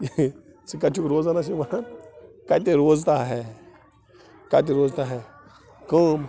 ژٕ کَتہِ چھُکھ روزانس یہِ وَنان کَتہِ روزتا ہے کَتہِ روزتا ہے کٲم